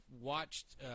watched